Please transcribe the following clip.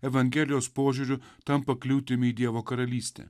evangelijos požiūriu tampa kliūtim į dievo karalystę